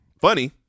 funny